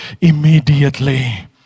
immediately